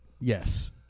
Yes